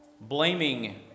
blaming